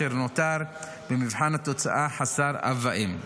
אשר במבחן התוצאה נותר חסר אב ואם.